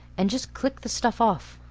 and just click the stuff off.